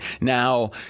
Now